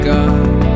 God